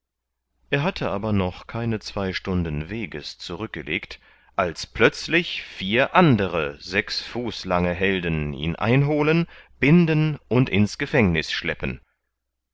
er hatte aber noch keine zwei stunden weges zurückgelegt als plötzlich vier andere sechs fuß lange helden ihn einholen binden uns ins gefängniß schleppen